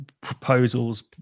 proposals